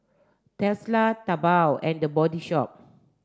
Tesla Taobao and The Body Shop